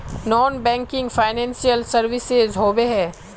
Non banking financial services होबे है?